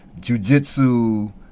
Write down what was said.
jujitsu